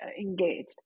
engaged